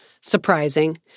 surprising